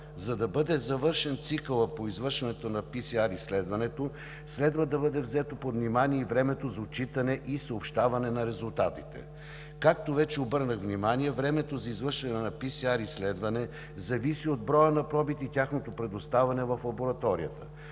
За да бъде завършен цикълът по извършването на PCR изследването, следва да бъде взето под внимание и времето за отчитане и съобщаване на резултатите. Както вече обърнах внимание, времето за извършване на PCR изследване зависи от броя на пробите и тяхното предоставяне в лабораторията.